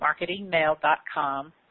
marketingmail.com